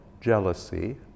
jealousy